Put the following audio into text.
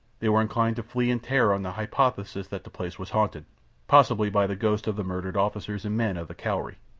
they were inclined to flee in terror on the hypothesis that the place was haunted possibly by the ghosts of the murdered officers and men of the cowrie.